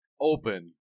Open